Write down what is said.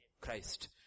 Christ